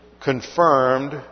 confirmed